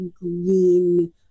green